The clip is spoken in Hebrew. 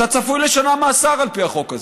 אתה צפוי לשנה מאסר על פי החוק הזה.